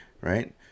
right